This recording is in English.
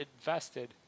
invested